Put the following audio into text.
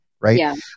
right